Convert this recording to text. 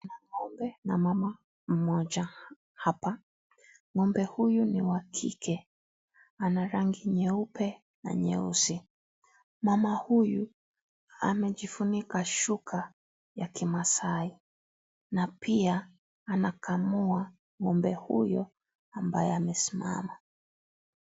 Kuna ngombe na mama mmoja hapa ,ngombe huyo ni wa kike ana rangi nyeupe na nyeusi mama huyu amejifunika shuka ya kimasai na pia anakamua ngombe huyo ambaye amesimama.